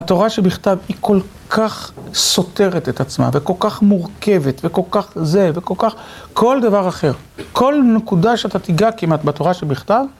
התורה שבכתב היא כל כך סותרת את עצמה, וכל כך מורכבת, וכל כך זה, וכל כך כל דבר אחר. כל נקודה שאתה תיגע כמעט בתורה שבכתב...